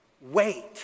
wait